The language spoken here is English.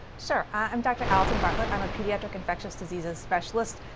so i'm dr. allison bartlett. i'm a pediatric infectious diseases specialist,